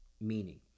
Meaning